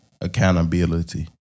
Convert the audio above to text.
accountability